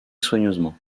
soigneusement